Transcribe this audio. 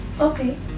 Okay